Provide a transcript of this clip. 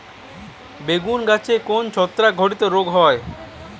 বেগুন গাছে কোন ছত্রাক ঘটিত রোগ হয়?